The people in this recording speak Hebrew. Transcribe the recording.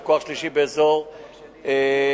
וכוח שלישי באזור המשולש,